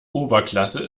oberklasse